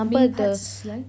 main parts like